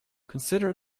consider